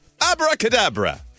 Abracadabra